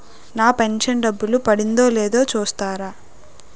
నా pension డబ్బులు పడిందో లేదో చూస్తారా?